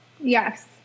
Yes